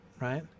right